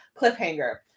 cliffhanger